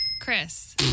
Chris